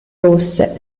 rosse